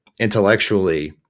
intellectually